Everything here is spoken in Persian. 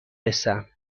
رسم